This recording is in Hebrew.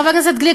חבר הכנסת גליק,